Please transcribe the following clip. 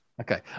okay